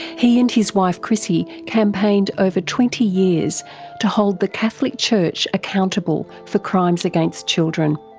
he and his wife chrissie campaigned over twenty years to hold the catholic church accountable for crimes against children.